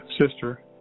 sister